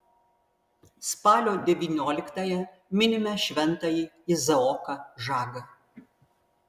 spalio devynioliktąją minime šventąjį izaoką žagą